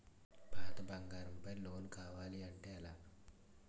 పాత బంగారం పై లోన్ కావాలి అంటే ఎలా?